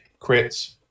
crits